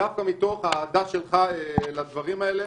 דווקא מתוך האהדה שלך לדברים האלה,